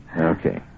Okay